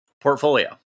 portfolio